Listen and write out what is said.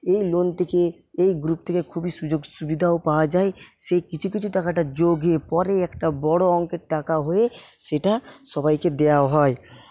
এই লোন থেকে এই গ্রুপ থেকে খুবই সুযোগসুবিধাও পাওয়া যায় সেই কিছু কিছু টাকাটা যোগ হয়ে পরে একটা বড়ো অঙ্কের টাকা হয়ে সেটা সবাইকে দেওয়াও হয়